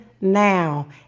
now